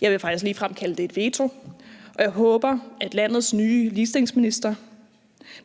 Jeg vil faktisk ligefrem kalde det et veto. Jeg håber, at landets nye ligestillingsminister